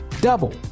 double